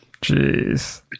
Jeez